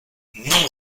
non